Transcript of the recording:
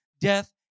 death